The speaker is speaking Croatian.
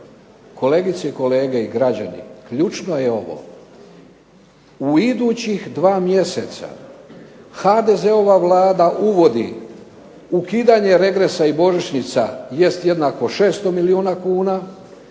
kolegice i kolege i građani, ključno je ovo u idućih 2 mjeseca HDZ-ova Vlada uvodi ukidanje regresa i božićnica jest jednako 600 milijuna kuna